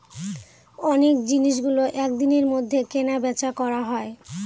অনেক জিনিসগুলো এক দিনের মধ্যে কেনা বেচা করা হয়